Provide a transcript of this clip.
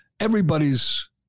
everybody's